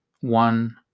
one